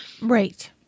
Right